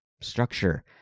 structure